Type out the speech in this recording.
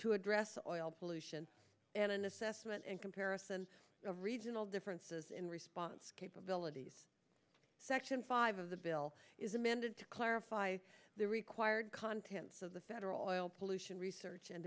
to address or oil pollution and an assessment and comparison of regional differences in response capabilities section five of the bill is amended to clarify the required contents of the federal pollution research and